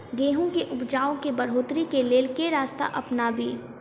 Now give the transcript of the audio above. गेंहूँ केँ उपजाउ केँ बढ़ोतरी केँ लेल केँ रास्ता अपनाबी?